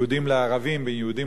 בין חרדים לחילונים,